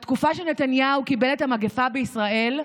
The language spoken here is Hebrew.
בתקופה שנתניהו קיבל את המגפה בישראל,